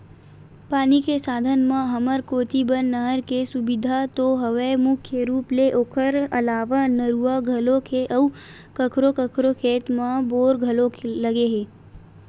पानी के साधन म हमर कोती बर नहर के सुबिधा तो हवय मुख्य रुप ले ओखर अलावा नरूवा घलोक हे अउ कखरो कखरो खेत म बोर घलोक लगे हे